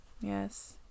yes